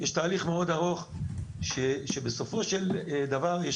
יש תהליך מאוד ארוך שבסופו של דבר יש